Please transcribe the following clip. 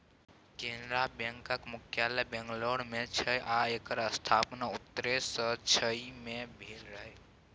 कैनरा बैकक मुख्यालय बंगलौर मे छै आ एकर स्थापना उन्नैस सँ छइ मे भेल रहय